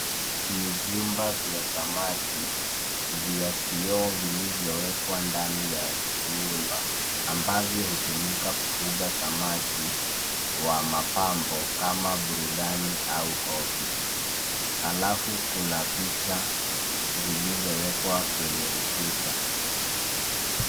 Ni vyumba vya samaki vya kioo vilivyowekwa ndani ya nyumba ambavyo hutumika kufuga samaki wa mapambo kama burudani au hobby . Halafu, kuna picha zilizowekwa kwenye ukuta.